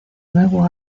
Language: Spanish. nuevo